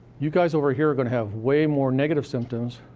you guys over here are gonna have way more negative symptoms,